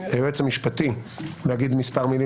אבקש מהיועץ המשפטי להגיד מספר מילים